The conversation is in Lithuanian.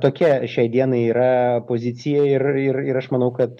tokia šiai dienai yra pozicija ir ir ir aš manau kad